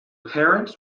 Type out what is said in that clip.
parents